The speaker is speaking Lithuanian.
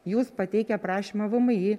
jūs pateikę prašymą vmi